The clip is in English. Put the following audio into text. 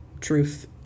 Truth